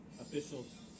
officials